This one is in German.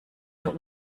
der